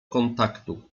kontaktu